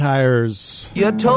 Tires